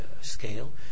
scale